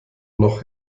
noch